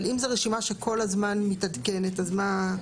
אבל אם זו רשימה שכל הזמן מתעדכנת אז מה?